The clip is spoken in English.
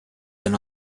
than